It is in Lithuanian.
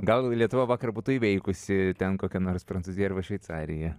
gal lietuva vakar būtų įveikusi ten kokią nors prancūziją arba šveicariją